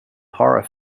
horror